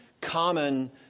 common